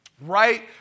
right